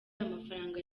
amafaranga